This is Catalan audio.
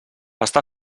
està